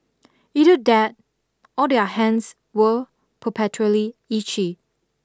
either that or their hands were perpetually itchy